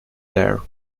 their